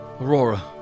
Aurora